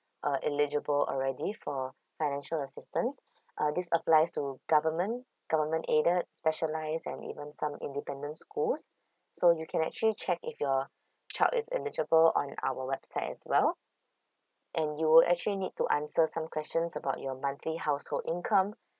uh eligible already for financial assistance uh this applies to government government aided specialize and even some independence coast so you can actually check if your child is eligible on our website as well and you would actually need to answer some questions about your monthly household income